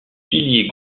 pilier